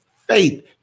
faith